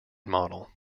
model